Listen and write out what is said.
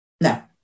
No